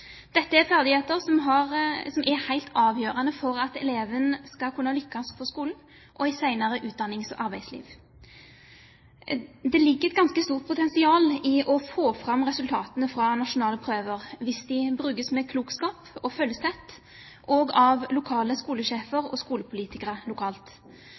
Dette er ferdigheter som er helt avgjørende for at eleven skal kunne lykkes på skolen og i senere utdannings- og arbeidsliv. Det ligger et ganske stort potensial i å få fram resultatene fra nasjonale prøver hvis de brukes med klokskap og følges tett, også av lokale skolesjefer og skolepolitikere lokalt.